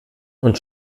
und